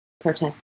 protest